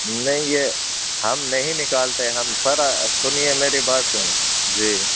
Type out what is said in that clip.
نہیں یہ ہم نہیں نکالتے ہم سر سنیے میری بات سنیے جی